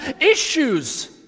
issues